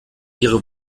ihre